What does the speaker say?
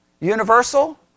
universal